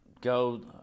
go